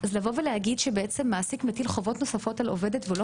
אז להגיד שמעסיק מטיל חובות נוספות על עובדת ולא